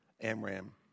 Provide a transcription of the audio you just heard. Amram